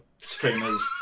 streamers